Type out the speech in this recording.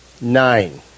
Nine